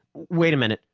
wait a minute,